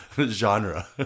Genre